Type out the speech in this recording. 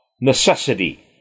necessity